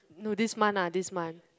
no this month ah this month